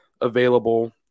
available